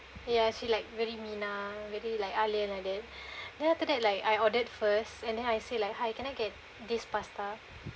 ya she like very minah very like ah lian like then after that like I ordered first and then I say like hi can I get this pasta